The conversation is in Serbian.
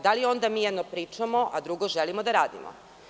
Da li onda mi jedno pričamo, a drugo želimo da radimo?